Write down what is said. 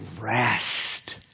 rest